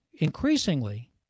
increasingly